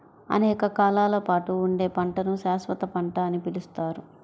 అనేక కాలాల పాటు ఉండే పంటను శాశ్వత పంట అని పిలుస్తారు